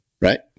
Right